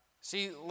See